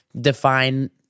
define